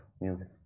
music